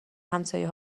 همسایه